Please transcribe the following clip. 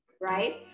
right